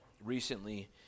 recently